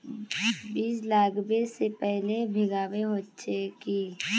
बीज लागबे से पहले भींगावे होचे की?